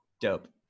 dope